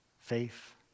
Faith